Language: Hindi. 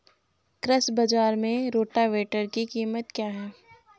कृषि बाजार में रोटावेटर की कीमत क्या है?